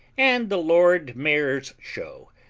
and the lord mayor's show,